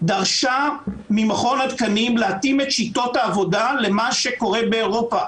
דרשה ממכון התקנים להתאים את שיטות העבודה למה שקורה באירופה.